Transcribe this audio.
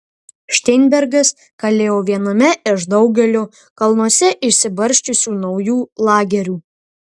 šteinbergas kalėjo viename iš daugelio kalnuose išsibarsčiusių naujų lagerių